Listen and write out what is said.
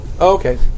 okay